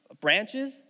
branches